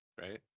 right